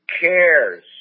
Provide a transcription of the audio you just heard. cares